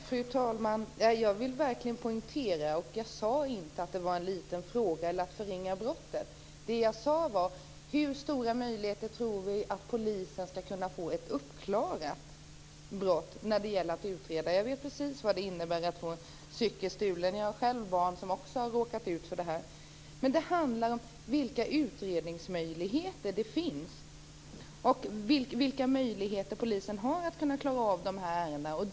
Fru talman! Jag vill verkligen poängtera att jag inte sade att det var en liten fråga, och jag vill inte förringa brottet. Jag undrade hur stora möjligheter vi tror att polisen har att utreda och klara upp ett brott. Jag vet precis vad det innebär att få en cykel stulen. Jag har själv barn som också har råkat ut för det. Här handlar det om vilka utredningsmöjligheter som finns. Vilka möjligheter har polisen att kunna klara av de här ärendena?